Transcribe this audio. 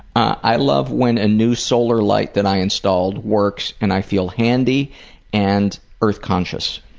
i love when a new solar light that i install works and i feel handy and earth conscious.